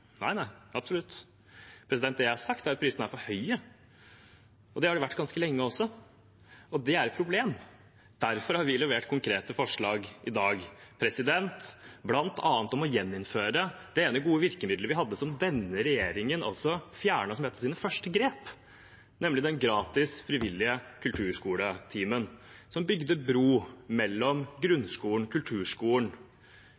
nei, absolutt ikke. Det jeg har sagt, er at prisene er for høye, og det har de vært ganske lenge også. Det er et problem. Derfor har vi levert konkrete forslag i dag, bl.a. om å gjeninnføre det ene gode virkemidlet vi hadde, som denne regjeringen altså fjernet som et av sine første grep, nemlig den gratis frivillige kulturskoletimen, som bygde bro mellom